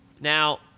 Now